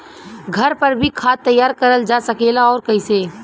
घर पर भी खाद तैयार करल जा सकेला और कैसे?